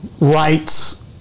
rights